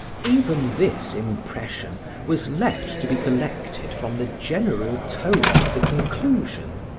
even this impression was left to be collected from the general tone of the conclusion,